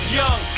young